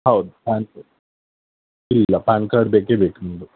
ಹೌದು ಪ್ಯಾನ್ ಇಲ್ಲ PAN card ಬೇಕೇ ಬೇಕು ನಿಮ್ಮದು